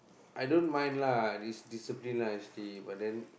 I don't mind lah is discipline lah actually but then